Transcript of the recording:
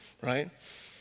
Right